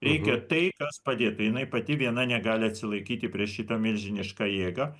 reikia tai kas padėtų jinai pati viena negali atsilaikyti prieš šitą milžinišką jėgą